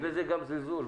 יש בזה גם זלזול.